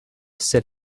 sit